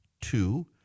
Two